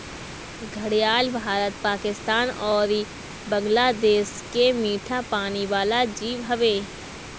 घड़ियाल भारत, पाकिस्तान अउरी बांग्लादेश के मीठा पानी वाला जीव हवे